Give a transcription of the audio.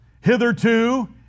Hitherto